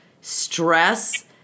stress